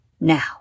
Now